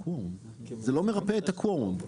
זה לא מרפה את הקוורום,